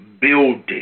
building